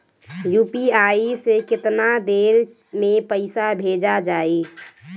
UPI से केतना देर मे पईसा भेजा जाई?